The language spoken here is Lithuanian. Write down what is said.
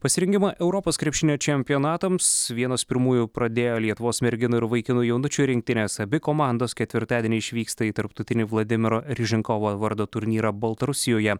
pasirengimą europos krepšinio čempionatams vienos pirmųjų pradėjo lietuvos merginų ir vaikinų jaunučių rinktinės abi komandos ketvirtadienį išvyksta į tarptautinį vladimiro ryžinkovo vardo turnyrą baltarusijoje